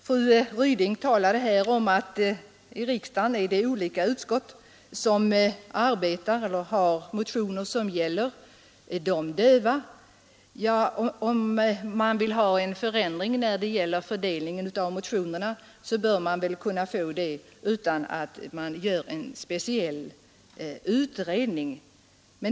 Fru Ryding talade om att olika utskott här i riksdagen har fått att behandla motioner som gäller de döva, men om man vill ha till stånd en ändring i fördelningen av motioner bör man väl kunna få det utan att göra en speciell utredning.